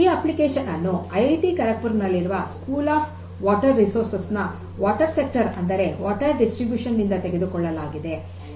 ಈ ಅಪ್ಲಿಕೇಶನ್ ಅನ್ನು I I T Kharagpur ನಲ್ಲಿರುವ ಸ್ಕೂಲ್ ಆಫ್ ವಾಟರ್ ರಿಸೋರ್ಸಸ್ ನ ವಾಟರ್ ಸೆಕ್ಟರ್ ಅಂದರೆ ನೀರಿನ ವಿತರಣೆಯಿಂದ ತೆಗೆದುಕೊಳ್ಳಲಾಗಿದೆ